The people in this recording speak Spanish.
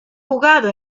jugado